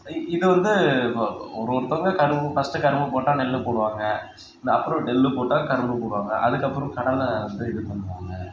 இ இது வந்து ஒ ஒரு ஒருத்தங்க கரும்பு ஃபஸ்ட் கரும்பு போட்டால் நெல் போடுவாங்க இந்த அப்புறம் நெல் போட்டால் கரும்பு போடுவாங்க அதுக்கப்புறம் கடலை வந்து இது பண்ணுவாங்க